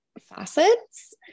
facets